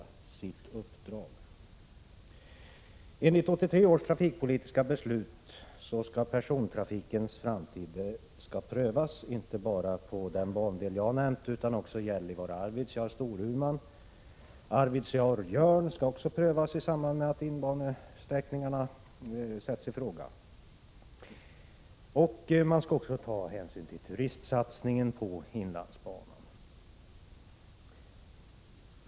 Enligt 1983 års trafikpolitiska beslut skall persontrafikens framtid prövas inte bara på den bandel jag har nämnt utan också Gällivare-Arvidsjaur Storuman och Arvidsjaur-Jörn skall prövas i samband med att bansträckningarna sätts i fråga. Man skall också ta hänsyn till turistsatsning på inlandsbanan.